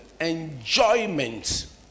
enjoyment